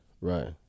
right